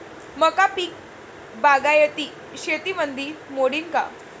मका पीक बागायती शेतीमंदी मोडीन का?